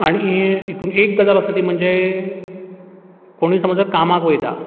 आनी यें हितून एक गजाल आसा ती म्हणजे कोणूय समजा कामाक वयता